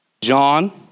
John